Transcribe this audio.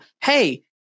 hey